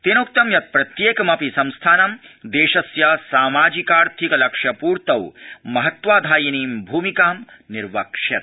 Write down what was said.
तेनोक्तं यत् प्रत्येकमपि संस्थानं देशस्य सामाजिकार्थिक लक्ष्यपूर्तों महत्वपूर्णां भूमिकां निर्वक्ष्यति